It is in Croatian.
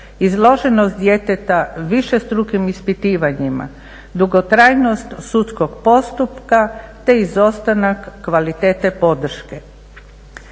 izloženost djeteta višestrukim ispitivanjima, dugotrajnost sudskog postupka te izostanak kvalitete podrške.